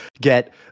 get